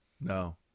no